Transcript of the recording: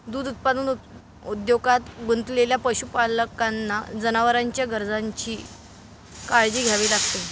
दूध उत्पादन उद्योगात गुंतलेल्या पशुपालकांना जनावरांच्या गरजांची काळजी घ्यावी लागते